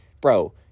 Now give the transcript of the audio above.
bro